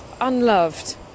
unloved